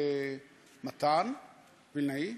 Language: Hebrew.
למתן וילנאי.